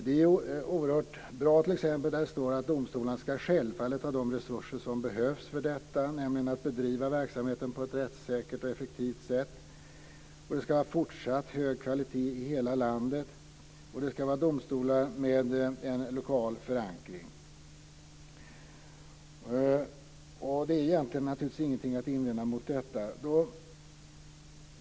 Det är t.ex. oerhört bra att det står att domstolarna självfallet ska ha de resurser som behövs för detta, nämligen att bedriva verksamheten på ett rättssäkert och effektivt sätt, att det ska vara fortsatt hög kvalitet i hela landet och att domstolarna ska ha lokal förankring. Det finns naturligtvis ingenting att invända mot detta.